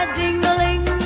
ding-a-ling